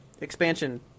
expansion